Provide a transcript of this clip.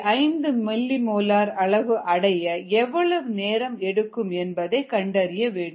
5 millimolar அளவு அடைய எவ்வளவு நேரம் எடுக்கும் என்பதை கண்டறிய வேண்டும்